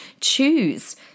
choose